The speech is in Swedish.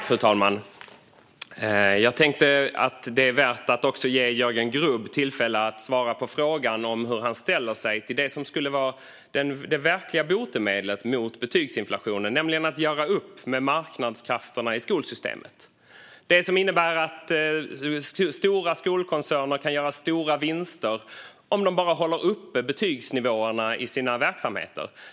Fru talman! Jag tänker att det också är värt att ge Jörgen Grubb tillfälle att svara på hur han ställer sig till det som skulle vara det verkliga botemedlet mot betygsinflationen: att göra upp med marknadskrafterna i skolsystemet. Det innebär nämligen att stora skolkoncerner kan göra stora vinster, bara de håller uppe betygsnivåerna i sina verksamheter.